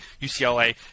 UCLA